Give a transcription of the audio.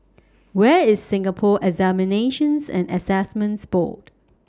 Where IS Singapore Examinations and Assessments Board